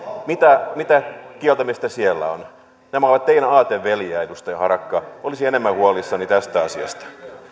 mitä mitä kieltämistä siellä on nämä ovat teidän aateveljiänne edustaja harakka olisin enemmän huolissani tästä asiasta